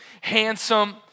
handsome